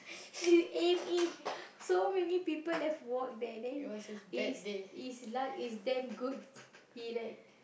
he eh if so many people have walked there then his his luck is damn good he like